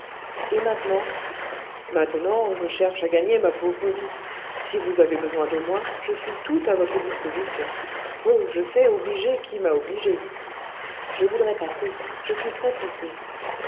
et maintenant maintenant je cherche à gagner ma pauvre vie si vous avez besoin de moi je suis tout à votre disposition oh je sais obliger qui m'a obligé je voudrais passer je suis